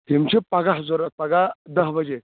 تِم چھِ پگہہ ضروٗرت پگہہ دہ بجے